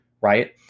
Right